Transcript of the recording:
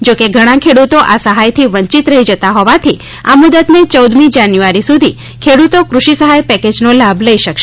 જો કે ઘણા ખેડૂતો આ સહાયથી વંચિત રહી જતા હોવાથી આ મુદતને ચૌદ જાન્યુઆરી સુધી ખેડૂતો કૃષિ સહાય પેકેજનો લાભ લઇ શકશે